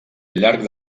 llarg